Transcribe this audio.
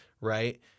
Right